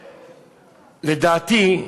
לדעתי,